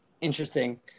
Interesting